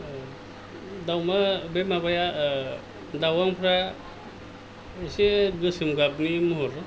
दावमा बे माबाया दावांफ्रा एसे गोसोम गाबनि महर